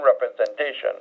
representation